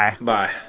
Bye